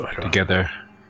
together